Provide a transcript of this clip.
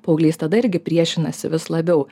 paauglys tada irgi priešinasi vis labiau